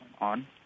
on